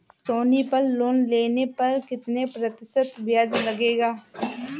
सोनी पल लोन लेने पर कितने प्रतिशत ब्याज लगेगा?